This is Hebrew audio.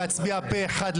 לצערי,